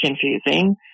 confusing